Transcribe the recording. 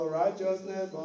righteousness